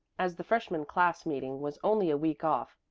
as the freshman class-meeting was only a week off,